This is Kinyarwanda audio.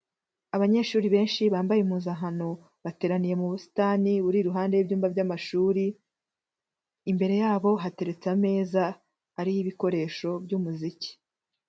Abanyeshuri benshi bambaye impuzankano bateraniye mu busitani buri iruhande rw'ibyumba by'amashuri, imbere yabo hateretse ameza ariho ibikoresho by'umuziki.